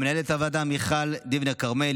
למנהלת הוועדה מיכל דיבנר כרמל,